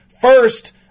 First